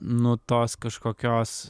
nu tos kažkokios